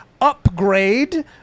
upgrade